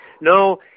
No